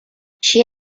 she